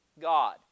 God